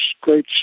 great